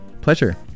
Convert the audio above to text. Pleasure